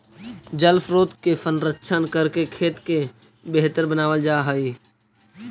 जलस्रोत के संरक्षण करके खेत के बेहतर बनावल जा हई